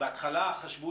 בהתחלה, חשבו